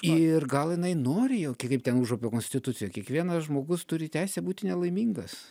ir gal jinai nori jau kai kaip ten užupio konstitucijoj kiekvienas žmogus turi teisę būti nelaimingas